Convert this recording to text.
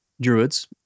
druids